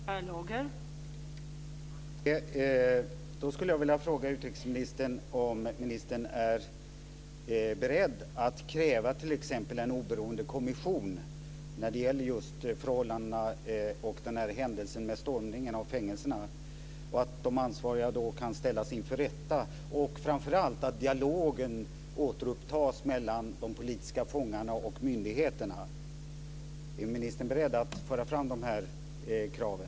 Fru talman! Då skulle jag vilja fråga utrikesministern om ministern är beredd att kräva t.ex. en oberoende kommission när det gäller förhållandena och händelsen med stormningen av fängelserna, så att de ansvariga kan ställas inför rätta. Dialogen mellan de politiska fångarna och myndigheterna måste återupptas. Är ministern beredd att föra fram de kraven?